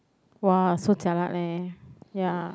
!wah! so jialat leh ya